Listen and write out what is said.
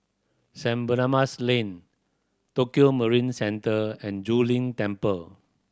St Barnabas Lane Tokio Marine Centre and Zu Lin Temple